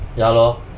ya lor